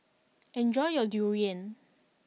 enjoy your Durian